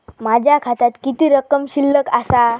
माझ्या खात्यात किती रक्कम शिल्लक आसा?